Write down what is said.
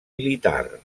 militar